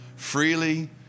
freely